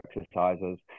exercises